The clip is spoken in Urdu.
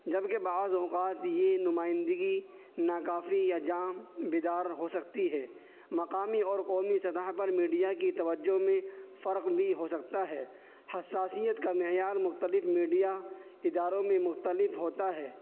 جبکہ بعض اوقات یہ نمائندگی ناکافی یا جام بدار ہو سکتی ہے مقامی اور قومی سطح پر میڈیا کی توجہ میں فرق بھی ہو سکتا ہے حساسیت کا معیار مختلف میڈیا اداروں میں مختلف ہوتا ہے